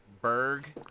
Berg